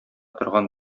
торган